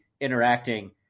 interacting